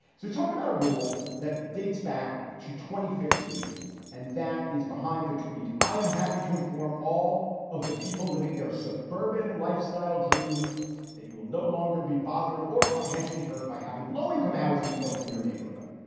so we're talking about a rule that dates back to twenty fifteen and that is behind the tweet. i am happy to inform all of the people living their suburban lifestyle. dream that you will no longer be bothered or financially hurt by having low income housing built in your neighborhood.